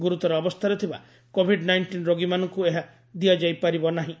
ଗୁରୁତର ଅବସ୍ଥାରେ ଥିବା କୋଭିଡ ନାଇଷ୍ଟିନ୍ ରୋଗୀମାନଙ୍କୁ ଏହା ଦିଆଯାଇପାରିବ ନାହିଁ